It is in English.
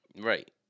Right